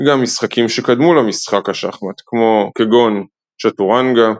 גם משחקים שקדמו למשחק השחמט, כגון צ'טורנגה,